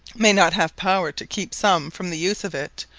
may not have power to keepe some from the use of it,